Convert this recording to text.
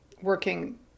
working